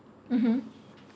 mmhmm